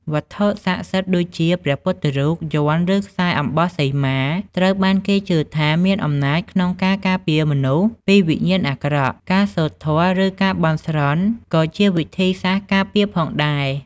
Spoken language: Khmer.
វត្ថុស័ក្តិសិទ្ធិដូចជាព្រះពុទ្ធរូប យ័ន្ត ឫខ្សែអំបោះសីមា ត្រូវបានគេជឿថាមានអំណាចក្នុងការការពារមនុស្សពីវិញ្ញាណអាក្រក់ ការសូត្រធម៌ ឬការបន់ស្រន់ក៏ជាវិធីសាស្រ្តការពារផងដែរ។